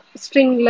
string